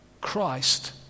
Christ